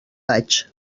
vaig